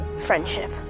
Friendship